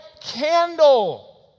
candle